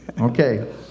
Okay